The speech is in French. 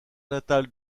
natal